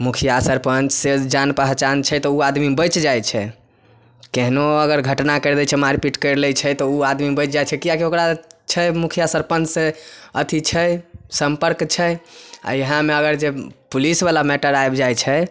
मुखिया सरपंच से जान पहचान छै तऽ ओ आदमी बैच जाइ छै केहनो अगर घटना कैर दै छै मारि पीट कैर लै छै तऽ ओ आदमी बैच जाइ छै किएकि ओकरा छै मुखिया सरपंच से अथी छै सम्पर्क छै आ इएहमे अगर जे पुलिस बला मेटर आबि जाइ छै